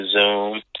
Zoom